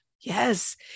Yes